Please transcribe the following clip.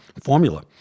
formula